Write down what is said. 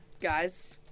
guys